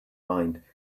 mind